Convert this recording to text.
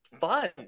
fun